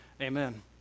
Amen